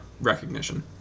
recognition